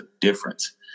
difference